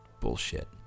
bullshit